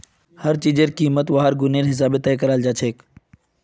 हर चीजेर कीमत वहार गुनेर हिसाबे तय कराल जाछेक